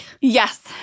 Yes